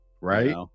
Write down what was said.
right